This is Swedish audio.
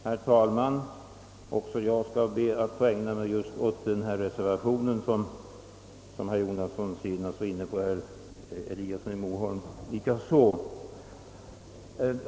Herr talman! Också jag ber att få ägna mig åt den reservation som herr Jonasson och herr Eliasson i Moholm berörde.